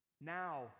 Now